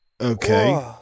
Okay